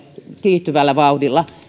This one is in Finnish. kiihtyvällä vauhdilla